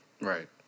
Right